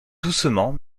doucement